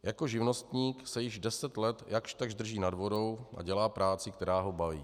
Jako živnostník se již deset let jakžtakž drží nad vodou a dělá práci, která ho baví.